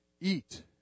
Eat